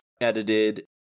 edited